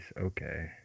okay